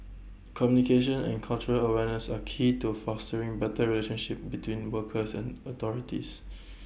communication and cultural awareness are key to fostering better relationship between workers and authorities